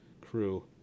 Crew